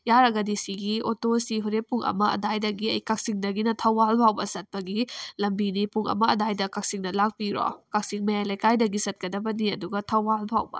ꯌꯥꯔꯒꯗꯤ ꯁꯤꯒꯤ ꯑꯣꯇꯣꯁꯤ ꯍꯣꯔꯦꯟ ꯄꯨꯡ ꯑꯃ ꯑꯗꯨꯋꯥꯏꯗꯒꯤ ꯑꯩ ꯀꯛꯆꯤꯡꯗꯒꯤꯅ ꯊꯧꯕꯥꯜ ꯐꯥꯎꯕ ꯆꯠꯄꯒꯤ ꯂꯝꯕꯤꯅꯤ ꯄꯨꯡ ꯑꯃ ꯑꯗꯨꯋꯥꯏꯗ ꯀꯛꯆꯤꯡꯗ ꯂꯥꯛꯄꯤꯔꯣ ꯀꯛꯆꯤꯡ ꯃꯌꯥꯏ ꯂꯩꯀꯥꯏꯗꯒꯤ ꯆꯠꯀꯗꯕꯅꯤ ꯑꯗꯨꯒ ꯊꯧꯕꯥꯜ ꯐꯥꯎꯕ